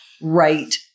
right